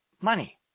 money